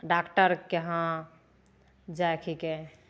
डॉक्टरके हँ जायके हिकै